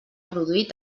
produir